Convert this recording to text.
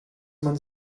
man